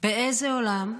באיזה עולם,